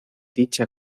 dicha